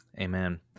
Amen